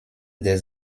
des